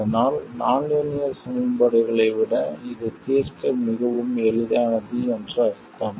அதனால் நான் லீனியர் சமன்பாடுகளை விட இது தீர்க்க மிகவும் எளிதானது என்று அர்த்தம்